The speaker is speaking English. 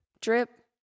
drip